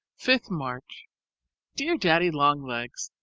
fifth march dear daddy-long-legs,